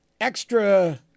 extra